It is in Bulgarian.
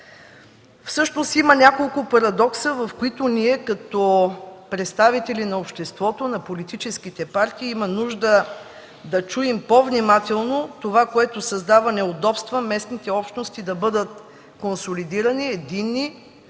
Всъщност има няколко парадокса, в които ние, като представители на обществото, на политическите партии, има нужда да чуем по-внимателно това, което създава неудобства местните общности да бъдат консолидирани, единни